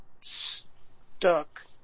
stuck